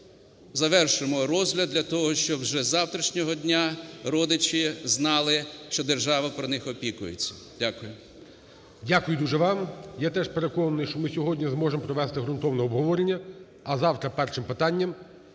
завершимо розгляд, для того щоб вже з завтрашнього дня родичі знали, що держава про них опікується. Дякую. ГОЛОВУЮЧИЙ. Дякую дуже вам. Я теж переконаний, що ми сьогодні зможемо провести ґрунтовне обговорення, а завтра першим питанням